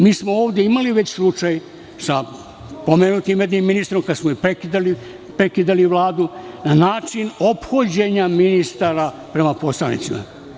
Mi smo ovde već imali slučaj sa pomenutim ministrom, kada smo prekidali Vladu, na način ophođenja ministar prema poslanicima.